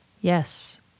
Yes